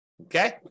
okay